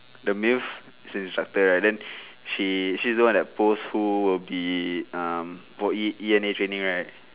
the miss is the instructor right then she's she's the one that post who will be um for E E_N_A training right